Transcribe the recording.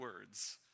words